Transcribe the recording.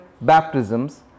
baptisms